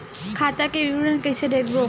खाता के विवरण कइसे देखबो?